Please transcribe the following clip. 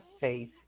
faith